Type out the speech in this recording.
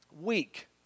weak